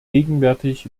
gegenwärtig